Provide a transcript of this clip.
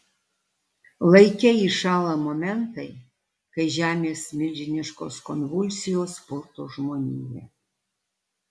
laike įšąla momentai kai žemės milžiniškos konvulsijos purto žmoniją